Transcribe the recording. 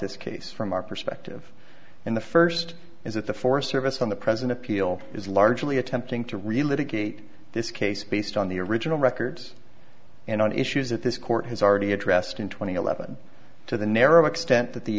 this case from our perspective in the first is that the forest service on the present appeal is largely attempting to relive a gate this case based on the original records and on issues that this court has already addressed in two thousand and eleven to the narrow extent that the